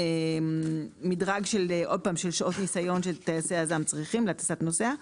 איזשהו מדרג של שעות ניסיון שטייסי אז"ם צריכים להטסת נוסע.